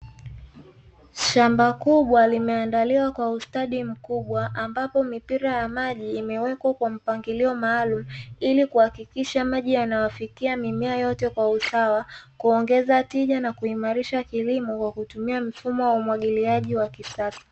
Shamba kubwa limeandaliwa kwa ustadi mkubwa ambapo mipira ya maji imewekwa kwa mpangilio maalumu ili kuhakikisha maji yanafikia mimea yote kwa usawa, kuongeza tija na kuimarisha kilimo kwa kutumia mfumo wa umwagiliaji wa kisasa.